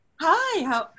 Hi